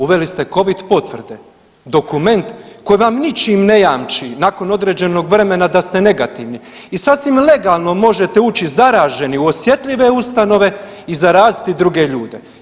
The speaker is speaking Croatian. Uveli ste covid potvrde, dokument koji vam ničim ne jamči nakon određenog vremena da ste negativni i sasvim legalno možete ući zaraženi u osjetljive ustanove i zaraziti druge ljude.